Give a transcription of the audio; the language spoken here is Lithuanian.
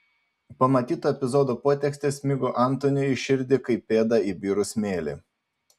pamatyto epizodo potekstė smigo antoniui į širdį kaip pėda į birų smėlį